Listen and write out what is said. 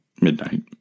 Midnight